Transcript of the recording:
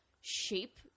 shape